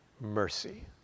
mercy